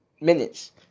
minutes